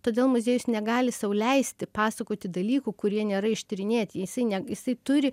todėl muziejus negali sau leisti pasakoti dalykų kurie nėra ištyrinėti jisai ne jisai turi